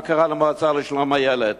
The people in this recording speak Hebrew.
מה קרה למועצה לשלום הילד?